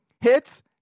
Hits